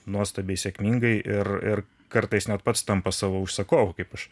nuostabiai sėkmingai ir ir kartais net pats tampa savo užsakovu kaip aš